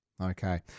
Okay